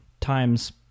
times